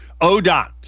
ODOT